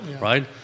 right